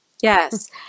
yes